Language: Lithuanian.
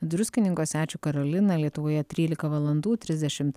druskininkuose ačiū karolina lietuvoje trylika valandų trisdešimt